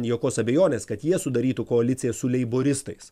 jokios abejonės kad jie sudarytų koaliciją su leiboristais